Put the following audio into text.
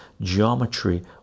geometry